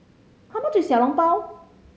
how much is Xiao Long Bao